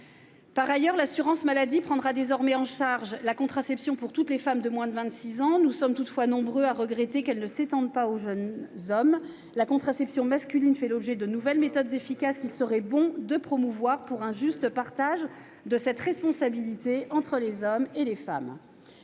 Par ailleurs, l'assurance maladie prendra désormais en charge la contraception pour toutes les femmes de moins de vingt-six ans. Nous sommes toutefois nombreux à regretter que cette prise en charge ne s'étende pas aux jeunes hommes : la contraception masculine fait l'objet de nouvelles méthodes efficaces qu'il serait bon de promouvoir, pour un juste partage de cette responsabilité entre les hommes et les femmes.